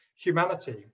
humanity